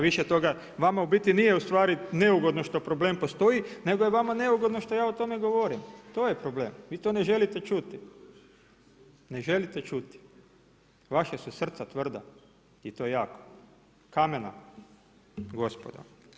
Vama u biti nije ustvari neugodno što problem postoji nego je vama neugodno što ja o tome govorim, to je problem, vi to ne želite čuti, ne želite čuti vaša su srca tvrda i to jako, kamena gospodo.